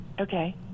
Okay